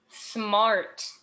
smart